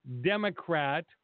Democrat